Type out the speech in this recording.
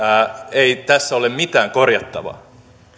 ei tässä ole mitään korjattavaa